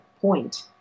point